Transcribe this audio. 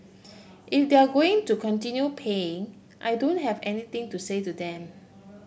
if they're going to continue paying I don't have anything to say to them